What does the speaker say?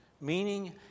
meaning